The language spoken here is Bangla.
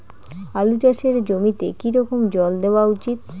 আলু চাষের জমিতে কি রকম জল দেওয়া উচিৎ?